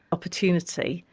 opportunity,